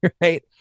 Right